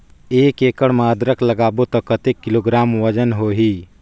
एक एकड़ मे अदरक लगाबो त कतेक किलोग्राम वजन होही?